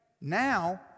now